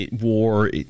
war